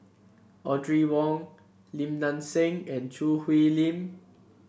Audrey Wong Lim Nang Seng and Choo Hwee Lim